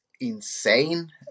insane